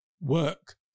work